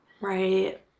Right